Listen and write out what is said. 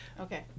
Okay